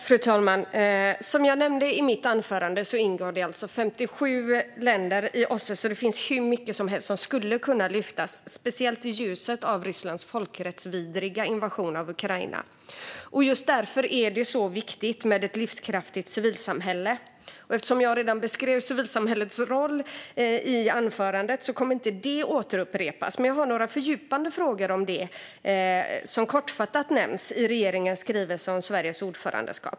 Fru talman! Som jag nämnde i mitt anförande ingår 57 länder i OSSE. Det finns alltså hur mycket som helst som skulle kunna lyftas upp, speciellt i ljuset av Rysslands folkrättsvidriga invasion av Ukraina. Just därför är det viktigt med ett livskraftigt civilsamhälle. Eftersom jag beskrev civilsamhällets roll redan i mitt anförande kommer jag inte att upprepa det. Men jag har några fördjupande frågor om det som kortfattat nämns i regeringens skrivelse om Sveriges ordförandeskap.